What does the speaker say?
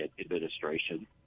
administration